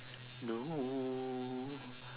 no